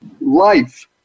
life